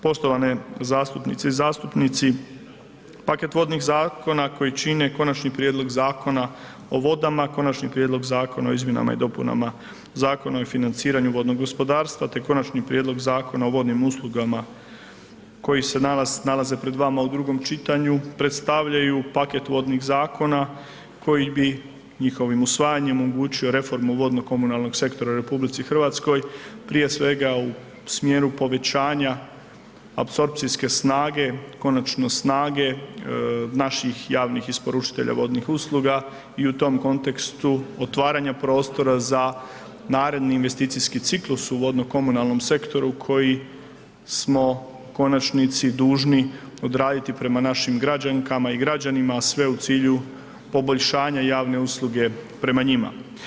Poštovane zastupnice i zastupnici, paket vodnih zakona koji čine Konačni prijedlog Zakona o vodama, Konačni prijedlog Zakona o izmjenama i dopunama Zakona o financiraju vodnog gospodarstva te Konačni prijedlog Zakona o vodnim uslugama koji se danas nalaze pred vama u drugom čitanju predstavljaju paket vodnih zakona koji bi, njihovim usvajanjem, omogućio reformu vodno-komunalnog sektora u RH, prije svega u smjeru povećanja apsorpcijske snage, konačno snage naših javnih isporučitelja vodnih usluga i u to kontekstu otvaranja prostora za naredni investicijski ciklus u vodno-komunalnom sektoru koji smo u konačnici dužni odraditi prema našim građankama i građanima, a sve u cilju poboljšanja javne usluge prema njima.